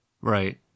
Right